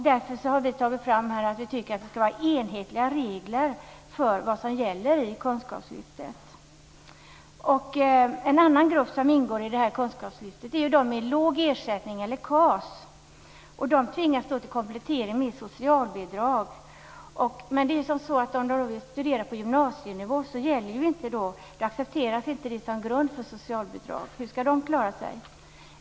Därför har vi sagt att vi tycker att det skall vara enhetliga regler för vad som gäller i kunskapslyftet. En annan grupp som ingår i kunskapslyftet är de med låg ersättning eller KAS. De tvingas då till komplettering med socialbidrag. Men studier på gymnasienivå accepteras inte som grund för socialbidrag. Hur skall de personerna klara sig?